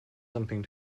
something